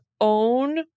own